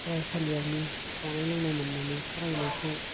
फरायसालियावनो जानाय लोंनाय मोननानै फरायनायखौ